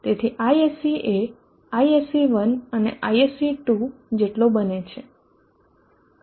તેથી ISC એ ISC1 અને ISC2 જેટલો બને છે